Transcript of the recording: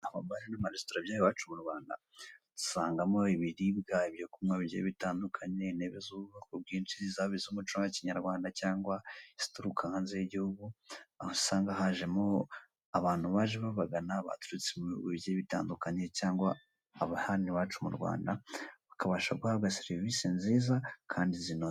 Amabare n'amaresitora by'aha iwacu mu Rwanda usangamo ibiribwa ibyo kunywa bigiye bitandukanye, intebe z'ubwoko bwinshi, zaba iz'umuco wa kinyarwanda cyangwa izituruka hanze y'igihugu, aho usanga hajemo abantu baje babagana, baturutse mu bihugu bigiye bitandukanye cyangwa mu ba hano iwacu mu Rwanda, bakabasha guhabwa serivise nziza kandi zinoze.